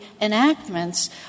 enactments